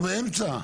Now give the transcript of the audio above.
הוא באמצע.